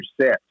set